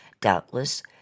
doubtless